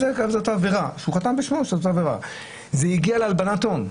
זאת העבירה, שהוא חתם בשמו וזה הגיע להלבנת הון.